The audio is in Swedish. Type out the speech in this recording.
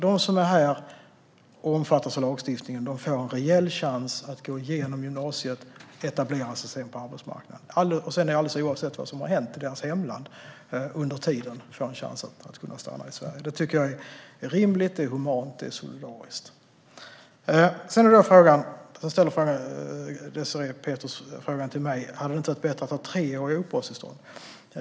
De som är här och omfattas av lagstiftningen får alltså en reell chans att gå igenom gymnasiet och sedan etablera sig på arbetsmarknaden. Oavsett vad som hänt i deras hemland under tiden får de en chans att stanna i Sverige. Det tycker jag är rimligt, humant och solidariskt. Désirée Pethrus frågade mig om det inte hade varit bättre med treåriga uppehållstillstånd.